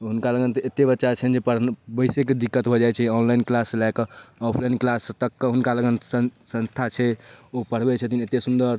हुनका लग तऽ एतेक बच्चा छै जे पढ़ऽ कि बैसेके दिक्कत भऽ जाइ छै ऑनलाइन किलास लऽ कऽ ऑफलाइन किलास तकके हुनकालग सब संस्था छै ओ पढ़बै छथिन एतेक सुन्दर